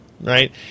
right